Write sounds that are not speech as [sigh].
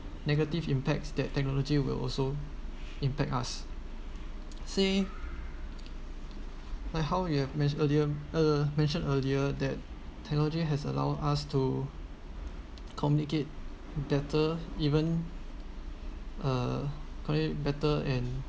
negative impacts that technology will also impact us say [noise] like how you have ment~ earlier uh mentioned earlier that technology has allowed us to communicate better even uh communicate better and